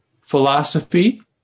philosophy